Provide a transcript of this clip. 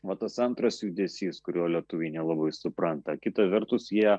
vat tas antras judesys kurio lietuviai nelabai supranta kita vertus jie